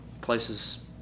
places